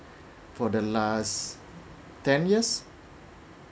for the last ten years